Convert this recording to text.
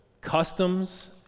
customs